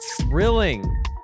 thrilling